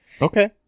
Okay